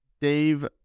Dave